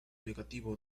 negativo